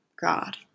God